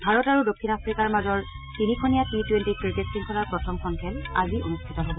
ভাৰত আৰু দক্ষিণ আফ্ৰিকাৰ মাজৰ তিনিখনীয়া টি টুৱেণ্টি ক্ৰিকেট শৃংখলাৰ প্ৰথমখন খেল আজি অনুষ্ঠিত হ'ব